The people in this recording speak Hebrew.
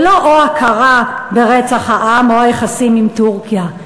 זה לא או הכרה ברצח העם או היחסים עם טורקיה,